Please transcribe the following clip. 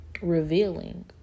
Revealing